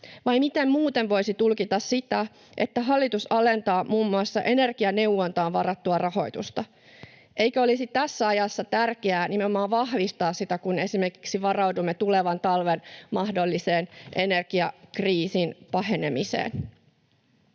Vai miten muuten voisi tulkita sitä, että hallitus alentaa muun muassa energianeuvontaan varattua rahoitusta? Eikö olisi tässä ajassa tärkeää nimenomaan vahvistaa sitä, kun esimerkiksi varaudumme tulevan talven mahdolliseen energiakriisin pahenemiseen?